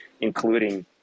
including